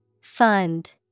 Fund